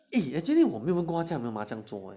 eh 我没问过他家有没有麻将桌